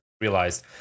realized